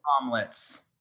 omelets